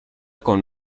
con